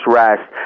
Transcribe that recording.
rest